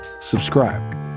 subscribe